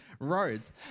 roads